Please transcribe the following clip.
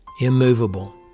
immovable